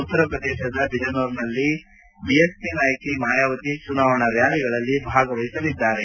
ಉತ್ತರ ಪ್ರದೇಶದ ಬಿಜನೋರ್ನಲ್ಲಿ ಬಿಎಸ್ಪಿ ನಾಯಕಿ ಮಾಯಾವತಿ ಚುನಾವಣಾ ರ್ನಾಲಿಗಳಲ್ಲಿ ಭಾಗವಹಿಸಲಿದ್ದಾರೆ